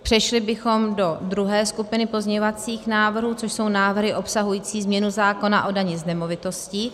Přešli bychom do druhé skupiny pozměňovacích návrhů, což jsou návrhy obsahující změnu zákona o dani z nemovitostí.